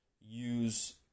use